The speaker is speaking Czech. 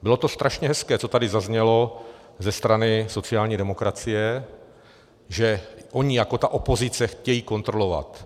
Bylo to strašně hezké, co tady zaznělo ze strany sociální demokracie, že oni jako ta opozice chtějí kontrolovat.